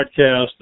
podcast